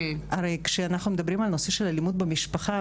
הרי כשאנחנו מדברים על נושא של אלימות במשפחה,